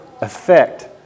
effect